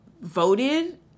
voted